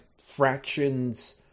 fractions